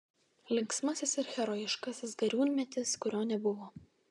linksmasis ir herojiškasis gariūnmetis kurio nebuvo